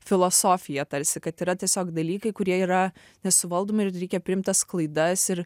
filosofija tarsi kad yra tiesiog dalykai kurie yra nesuvaldomi ir reikia priimt tas klaidas ir